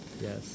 Yes